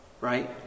right